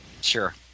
Sure